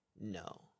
No